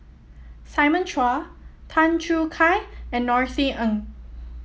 Simon Chua Tan Choo Kai and Norothy Ng